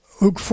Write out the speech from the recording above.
Luke